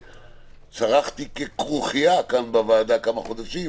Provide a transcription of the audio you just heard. שצרחתי ככרוכיה כאן בוועדה כמה חודשים